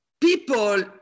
People